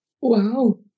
Wow